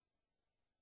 מקום.